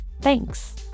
Thanks